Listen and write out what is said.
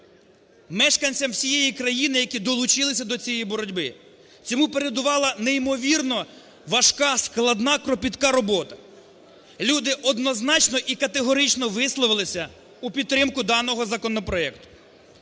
мешканцям всієї країни, які долучилися до цієї боротьби. Цьому передувала неймовірно важка складна кропітка робота. Люди однозначно і категорично висловилися у підтримку даного законопроекту.